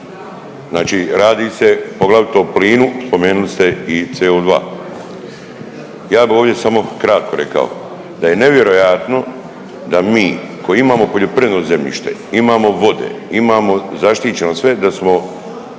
Znači radi se poglavito o plinu, spomenuli ste i CO2. Ja bi ovdje samo kratko rekao da je nevjerojatno da mi koji imamo poljoprivredno zemljište, imamo vode, imamo zaštićeno sve da smo